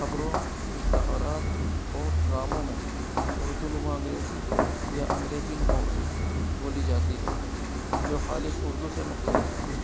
خبروں اشتہارات اور ڈراموں میں اردو نما انگریزی یا انگریزی نماں اردو بولی جاتی ہے جو خالص اردو سے مختلف ہے